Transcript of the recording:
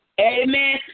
Amen